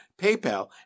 PayPal